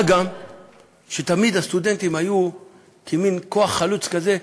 מה גם שתמיד הסטודנטים היו מין כוח חלוץ כזה,